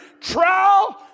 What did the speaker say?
trial